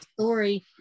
story